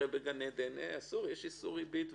הרי בגן עדן יש איסור ריבית וכו'.